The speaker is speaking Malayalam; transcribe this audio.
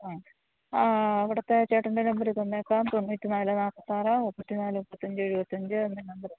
ആ അവിടുത്തെ ചേട്ടന്റെ നമ്പർ തന്നേക്കാം തൊണ്ണൂറ്റിനാല് നൽപ്പത്തി ആറ് മുപ്പത്തി നാല് മുപ്പത്തി അഞ്ച് എഴുപത്തി അഞ്ച് എന്നാണ് നമ്പർ